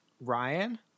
Ryan